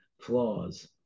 flaws